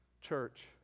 church